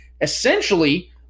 essentially